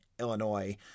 Illinois